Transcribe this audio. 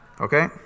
Okay